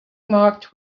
marked